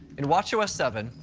in watchos seven,